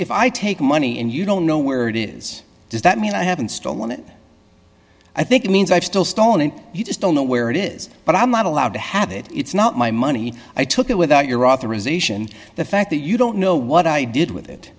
if i take money and you don't know where it is does that mean i haven't stolen it i think it means i've still stolen and you just don't know where it is but i'm not allowed to have it it's not my money i took it without your authorization the fact that you don't know what i did with it